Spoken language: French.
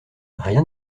rien